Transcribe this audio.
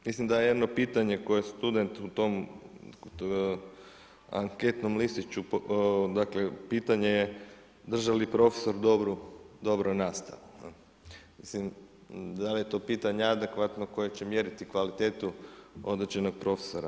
Mislim da jedno pitanje koje student u toj anketnom listiću dakle pitanje je, drži li profesor dobru nastavu, mislim da li je to pitanje adekvatno koje će mjeriti kvalitetu određenog profesora.